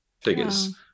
figures